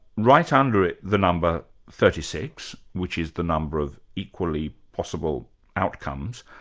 write under it the number thirty six, which is the number of equally possible outcomes,